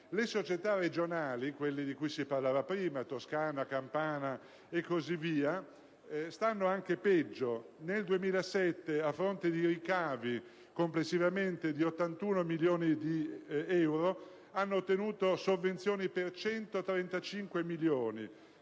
Le società regionali, di cui si parlava prima (toscana, campana e così via), stanno anche peggio: nel 2007, a fronte di ricavi complessivamente di 81 milioni di euro, hanno ottenuto sovvenzioni per 135 milioni